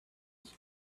his